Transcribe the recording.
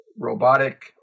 robotic